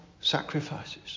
sacrifices